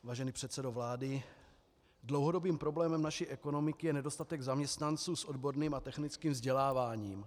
Vážený předsedo vlády, dlouhodobým problémem naší ekonomiky je nedostatek zaměstnanců s odborným a technickým vzděláváním.